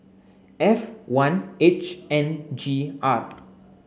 F one H N G R